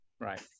Right